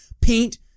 paint